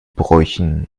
bräuchen